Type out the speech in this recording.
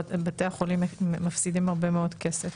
בתי החולים מפסידים הרבה מאוד כסף.